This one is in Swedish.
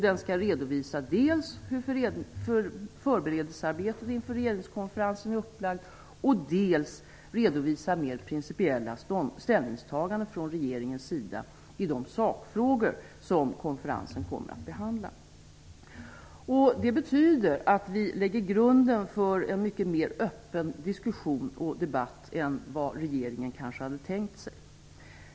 Den skall dels redovisa hur förberedelsearbetet inför regeringskonferensen är upplagt, dels redovisa mer principiella ställningstaganden från regeringen sida i de sakfrågor som konferensen kommer att behandla. Det betyder att vi lägger grunden för en mycket mer öppen diskussion och debatt än vad regeringen kanske hade tänkt sig.